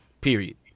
period